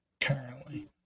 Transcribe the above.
Currently